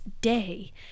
day